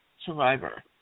Survivor